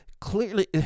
clearly